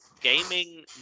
gaming